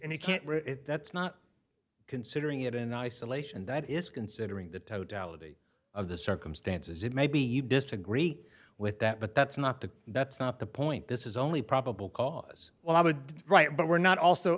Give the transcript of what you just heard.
as you can't that's not considering it in isolation that is considering the totality of the circumstances it may be you disagree with that but that's not the that's not the point this is only probable cause right but we're not also